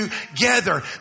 together